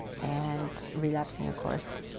and relapsing of course.